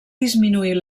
disminuir